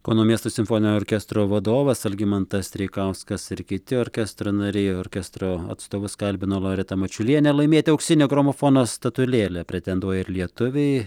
kauno miesto simfoninio orkestro vadovas algimantas treikauskas ir kiti orkestro nariai orkestro atstovus kalbino loreta mačiulienė laimėti auksinio gramofono statulėlę pretenduoja ir lietuviai